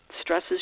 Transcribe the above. stresses